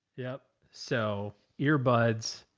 yep. so earbuds,